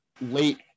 late